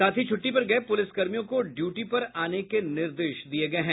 साथ ही छुट्टी पर गये पुलिस कर्मियों को ड्यूटी पर आने के निर्देश दिये गये हैं